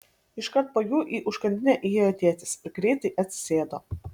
iškart po jų į užkandinę įėjo tėtis ir greitai atsisėdo